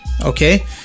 okay